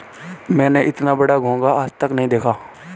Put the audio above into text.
मैंने इतना बड़ा घोंघा आज तक नही देखा है